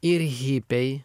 ir hipiai